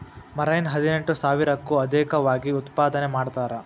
marine ಹದಿನೆಂಟು ಸಾವಿರಕ್ಕೂ ಅದೇಕವಾಗಿ ಉತ್ಪಾದನೆ ಮಾಡತಾರ